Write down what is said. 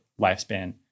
lifespan